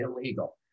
illegal